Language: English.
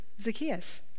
Zacchaeus